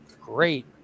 great